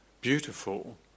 beautiful